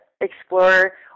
explore